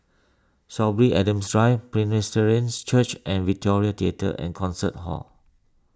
Sorby Adams Drive Presbyterians Church and Victoria theatre and Concert Hall